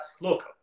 Look